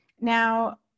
Now